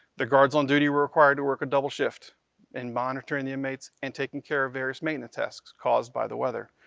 the guards on duty were required to work a double shift in monitoring the inmates and taking care of various maintenance tasks caused by the weather.